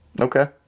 Okay